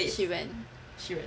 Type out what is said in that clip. she went